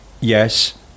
Yes